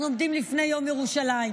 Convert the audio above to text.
אנחנו עומדים לפני יום ירושלים,